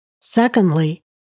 Secondly